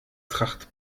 tracht